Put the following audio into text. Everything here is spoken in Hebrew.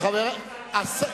חזרו המורדים.